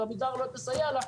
ועמידר לא תסייע לה,